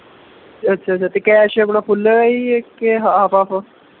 ਅੱਛਾ ਅੱਛਾ ਅਤੇ ਕੈਸ਼ ਆਪਣਾ ਫੁੱਲ ਹੈ ਜੀ ਕਿ ਹਾਫ਼ ਹਾਫ਼